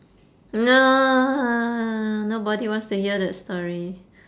no nobody wants to hear that story